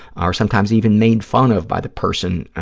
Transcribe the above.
or sometimes even made fun of by the person,